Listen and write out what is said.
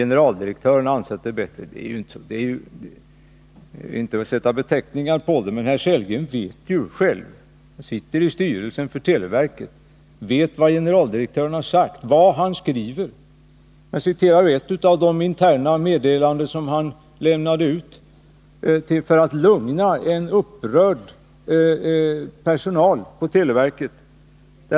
generaldirektören anser att det är bättre. — Jag skall avstå från att sätta beteckningar på ett sådant tal, men herr Sellgren vet ju — han sitter i styrelsen för televerket — vad generaldirektören uttalat om detta. Låt mig citera ett av de interna meddelanden han skrivit för att lugna en upprörd personal.